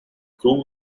crew